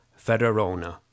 Federona